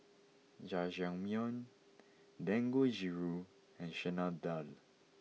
Jajangmyeon Dangojiru and Chana Dal